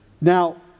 Now